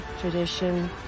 tradition